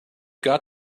got